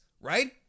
right